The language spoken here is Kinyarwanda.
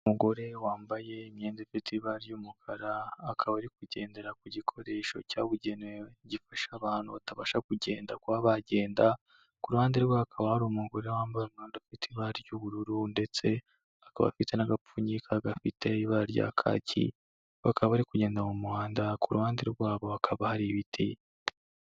Umugore wambaye imyenda ifite ibara ry'umukara, akaba ari kugendera ku gikoresho cyabugenewe gifasha abantu batabasha kugenda kuba bagenda. Ku ruhande rwe hakaba hari umugore wambaye umwenda ufite ibara ry'ubururu ndetse akaba afite n'agapfunyika gafite ibara rya kaki, bakaba bari kugenda mu muhanda. Ku ruhande rwabo hakaba hari ibiti.